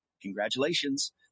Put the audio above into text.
Congratulations